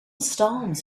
storms